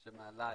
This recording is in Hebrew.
שמעליי.